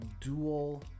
dual